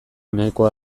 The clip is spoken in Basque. nahikoa